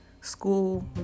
school